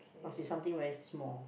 must be something very small